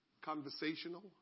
conversational